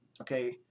okay